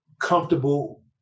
comfortable